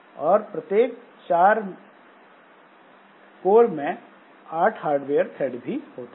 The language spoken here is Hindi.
और प्रत्येक कोर में 8 हार्डवेयर थ्रेड भी होते हैं